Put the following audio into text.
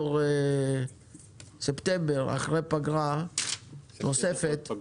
אחרי הפגרה הנוספת,